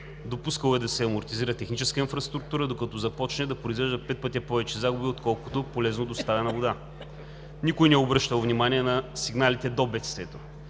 допускано е да се амортизира техническата инфраструктура, докато започне да произвежда пет пъти повече загуби, отколкото полезно доставена вода. Никой не е обръщал внимание на сигналите до бедствието.